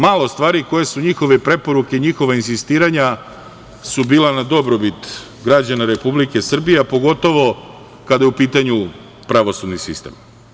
Malo stvari koje su njihove preporuke, njihova insistiranja su bila na dobrobit građana Republike Srbije, a pogotovo kada je u pitanju pravosudni sistem.